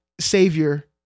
savior